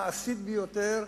מעשית ביותר,